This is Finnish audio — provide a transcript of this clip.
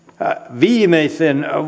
viimeisen